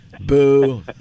Boo